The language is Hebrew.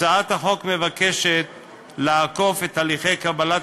הצעת החוק מבקשת לעקוף את הליכי קבלת